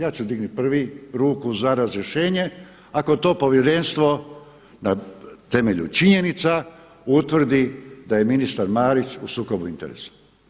Ja ću dignut prvi ruku za razrješenje ako to povjerenstvo na temelju činjenica utvrdi da je ministar Marić u sukobu interesa.